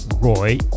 Roy